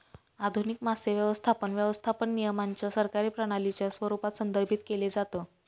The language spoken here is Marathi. आधुनिक मासे व्यवस्थापन, व्यवस्थापन नियमांच्या सरकारी प्रणालीच्या स्वरूपात संदर्भित केलं जातं